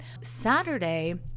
Saturday